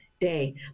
day